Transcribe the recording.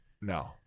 No